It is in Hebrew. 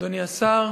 תודה רבה, אדוני השר,